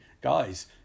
Guys